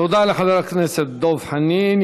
תודה לחבר הכנסת דב חנין.